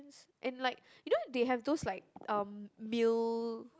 and like you know they have those like um meal